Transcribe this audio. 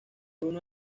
uno